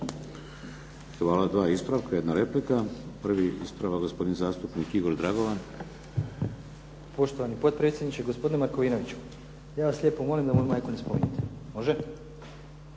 Hvala. Dva ispravka, jedna replika. Prvi ispravak gospodin zastupnik Igor Dragovan. **Dragovan, Igor (SDP)** Poštovani potpredsjedniče. Gospodine Markovinoviću, ja vas lijepo molim da moju majku ne spominjete. Može?